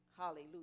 Hallelujah